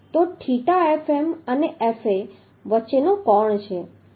તો theta Fm અને Fa વચ્ચેનો કોણ છે